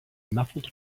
muffled